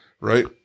right